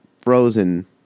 frozen